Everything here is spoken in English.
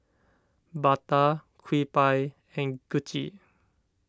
Bata Kewpie and Gucci